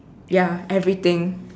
ya everything